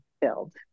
build